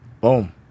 Boom